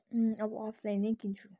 अँ अब अफलाइन नै किन्छु